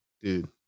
dude